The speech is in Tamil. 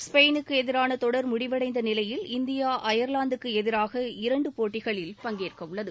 ஸ்பெயினுக்கு எதிரான தொடர் முடிவடைந்த நிலையில் இந்தியா அயர்லாந்துக்கு எதிராக இரண்டு போட்டிகளில் பங்கேற்க உள்ளது